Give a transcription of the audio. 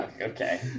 okay